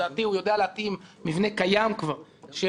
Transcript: לדעתי הוא יודע להתאים מבנה קיים כבר של